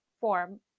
form